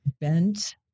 bent